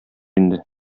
инде